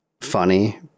funny